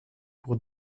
pour